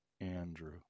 Andrew